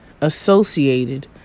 associated